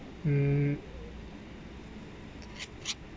mm